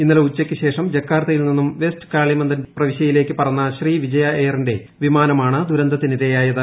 ഇന്നലെ ഉച്ചയ്ക്ക് ശേഷം ജക്കാർത്തയിൽ നിന്നും വെസ്റ്റ് കാളിമന്ദൻ പ്രവിശ്യയിലേക്ക് പറന്ന ശ്രീവിജയ എയറിന്റെ വിമാനമാണ് ദുരന്തത്തിനിരയായത്